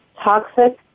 toxic